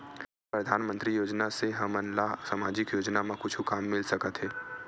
का परधानमंतरी योजना से हमन ला सामजिक योजना मा कुछु काम मिल सकत हे?